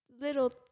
little